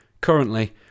Currently